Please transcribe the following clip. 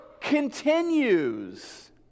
Continues